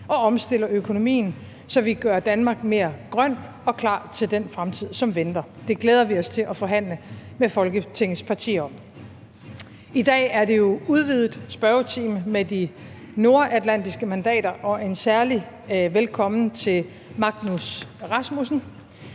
og omstiller økonomien, så vi gør Danmark mere grønt og klar til den fremtid, som venter. Det glæder vi os til at forhandle med Folketingets partier om. I dag er det jo en udvidet spørgetime med de nordatlantiske mandater, og et særligt velkommen til Magnus Rasmussen.